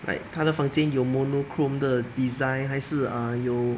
like 他的房间有 monochrome 的 design 还是 err 有